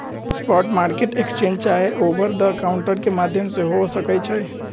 spot market exchange चाहे over the counter के माध्यम से हो सकइ छइ